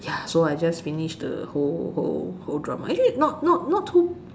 ya so I just finish the whole whole whole drama actually not not not too